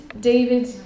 David